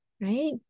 right